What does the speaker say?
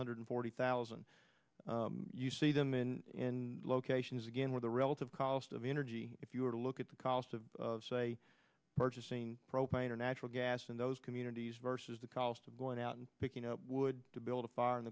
hundred forty thousand you see them in locations again with the relative cost of energy if you were to look at the cost of say purchasing propane or natural gas in those communities versus the cost of going out and picking up wood to build a fire in